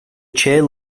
chair